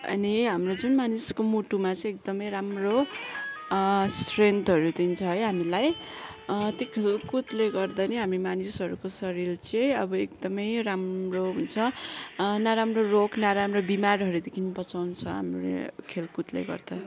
अनि हाम्रो जुन मानिसको मुटुमा चाहिँ एकदमै राम्रो स्ट्रेन्थहरू दिन्छ है हामीलाई त्यो खेलकुदले गर्दा नै हामी मानिसहरूको शरीर चाहिँ आअब एकदमै राम्रो हुन्छ नराम्रो रोग नराम्रो बिमारहरूदेखिन् बचाउँछ हाम्रो खेलकुदले गर्दा